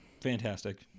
fantastic